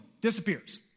disappears